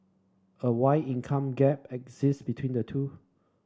a wide income gap exists between the two